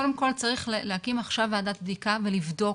קודם כל צריך להקים עכשיו ועדת בדיקה ולבדוק,